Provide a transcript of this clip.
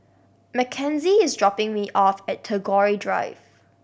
Makenzie is dropping me off at Tagore Drive